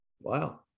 Wow